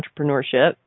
entrepreneurship